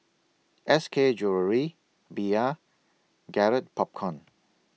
S K A Jewellery Bia Garrett Popcorn